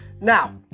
Now